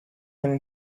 him